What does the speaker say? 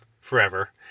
forever